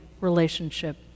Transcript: relationship